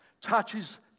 touches